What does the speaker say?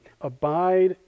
Abide